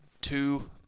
two